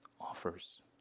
offers